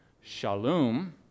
Shalom